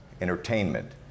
entertainment